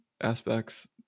aspects